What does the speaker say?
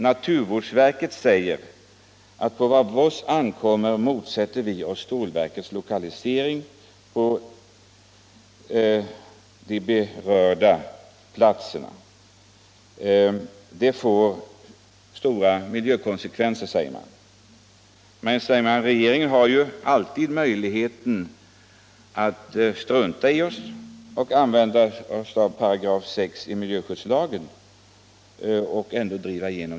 Naturvårdsverket motsätter sig stålverkets lokalisering till de berörda platserna — den skulle få stora miljökonsekvenser, säger man. Men, säger man, regeringen har alltid möjligheter att strunta i naturvårdsverket och driva igenom sin vilja med hjälp av 6 § miljöskyddslagen.